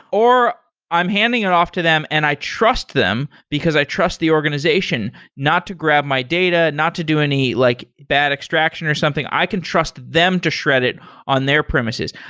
or i'm handing it off to them and i trust them, because i trust the organization not to grab my data, not to do any like bad extraction or something. i can trust them to shred it on their premises.